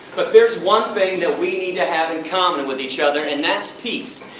but there is one thing that we need to have in common with each other, and that's peace!